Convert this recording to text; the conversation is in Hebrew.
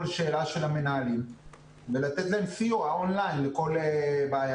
שאלה של המנהלים ולתת להם סיוע און-ליין לכל בעיה.